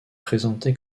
présenté